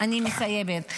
אני מסיימת.